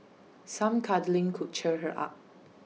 some cuddling could cheer her up